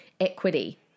equity